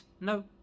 No